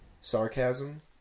sarcasm